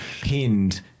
pinned